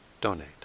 donate